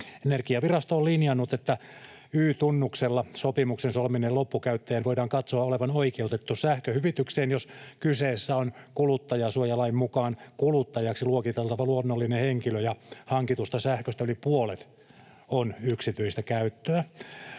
Energiavirasto on linjannut, että Y-tunnuksella sopimuksen solmineen loppukäyttäjän voidaan katsoa olevan oikeutettu sähköhyvitykseen, jos kyseessä on kuluttajasuojalain mukaan kuluttajaksi luokiteltava luonnollinen henkilö ja hankitusta sähköstä yli puolet on yksityiseen käyttöön.